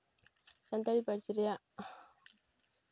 ᱥᱟᱱᱛᱟᱲᱤ ᱯᱟᱹᱨᱥᱤ ᱨᱮᱭᱟᱜ